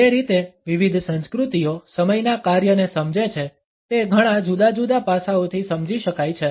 જે રીતે વિવિધ સંસ્કૃતિઓ સમયના કાર્યને સમજે છે તે ઘણા જુદા જુદા પાસાઓથી સમજી શકાય છે